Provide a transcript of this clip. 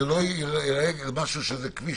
בניסוח צריך שזה לא ייראה משהו שזה כביש